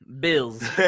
Bills